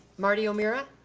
martie o'meara.